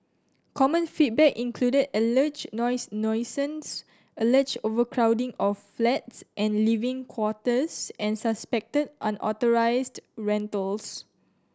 common feedback included alleged noise nuisance alleged overcrowding of flats and living quarters and suspected unauthorised rentals